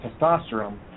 testosterone